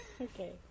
Okay